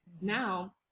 now